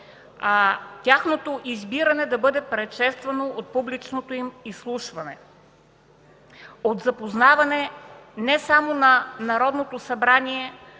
тяхното избиране да бъде предшествано от публичното им изслушване, от запознаване не само на Народното събрание,